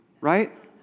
right